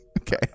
Okay